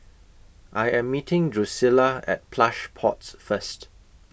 I Am meeting Drucilla At Plush Pods First